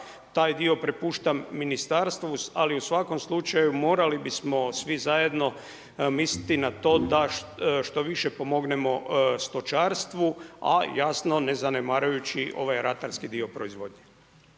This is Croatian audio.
taj dio prepuštam Ministarstvu. Ali u svakom slučaju morali bismo svi zajedno misliti na to da što više pomognemo stočarstvu, a jasno ne zanemarujući ovaj ratarski dio proizvodnje.